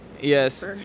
yes